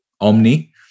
Omni